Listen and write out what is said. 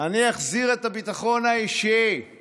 "אני אחזיר את הביטחון האישי";